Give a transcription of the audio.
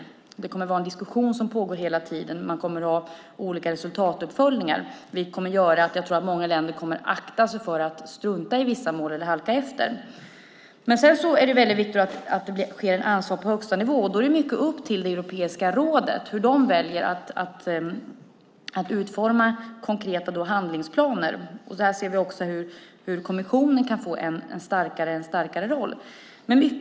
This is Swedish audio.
Det kommer att vara en diskussion som pågår hela tiden. Man kommer att ha olika resultatuppföljningar, vilket gör att många länder kommer att akta sig för att strunta i vissa mål eller halka efter. Det är viktigt att det blir ett ansvar på högsta nivå. Då är det mycket upp till Europeiska rådet hur man väljer att utforma konkreta handlingsplaner. Vi ser att kommissionen kan få en starkare roll.